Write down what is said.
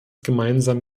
gemeinsam